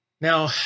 Now